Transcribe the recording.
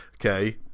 Okay